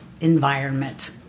environment